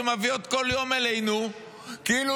שמגיעות אלינו בכל יום,